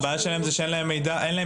הבעיה שלהם היא שאין להם פילוח.